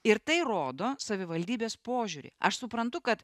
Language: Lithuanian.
ir tai rodo savivaldybės požiūrį aš suprantu kad